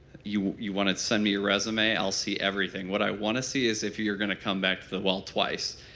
you you want to send me your resume, i'll see everything. what i want to see is if you're going to come back to the well twice.